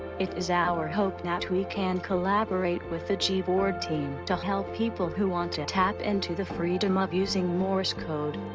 it is our hope that we can collaborate with the gboard team to help people who want to tap into the freedom of using morse code.